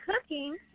cooking